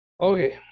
Okay